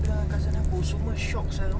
brand new original lagi sia